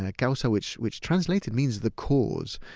like ah so which which translated means the cause.